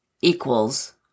equals